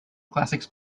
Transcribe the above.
classics